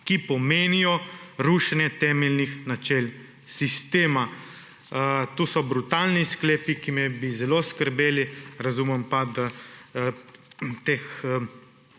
ki pomenijo rušenje temeljnih načel sistema«. To so brutalni sklepi, ki bi mene zelo skrbeli, razumem pa,